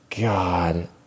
God